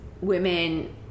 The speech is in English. women